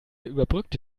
überbrückte